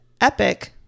epic